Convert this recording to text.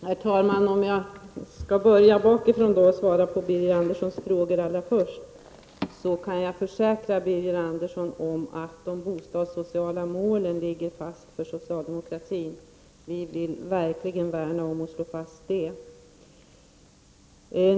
Herr talman! Jag skall börja bakifrån och svara på Birger Anderssons frågor allra först. Jag kan försäkra Birger Andersson om att de bostadssociala målen ligger fast. Vi vill verkligen värna om dem.